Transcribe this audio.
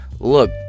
Look